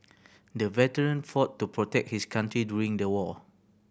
the veteran fought to protect his country during the war